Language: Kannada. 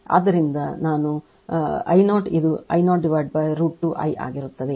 ಆದ್ದರಿಂದ ಇದು ನಾನು 0 ಇದು ಇದು I 0 √ 2 I ಆಗಿರುತ್ತದೆ